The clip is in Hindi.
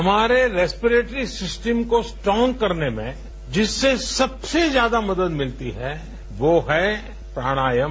हमारे रेस्पेरेट्री सिस्टम को स्ट्रॉग करने में जिससे सबसे ज्यादा मदद मिलती है वो है प्राणायाम